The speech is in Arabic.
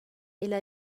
إلى